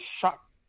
shock